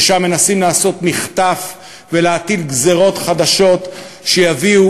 שבה מנסים לעשות מחטף ולהטיל גזירות חדשות שיביאו,